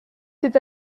c’est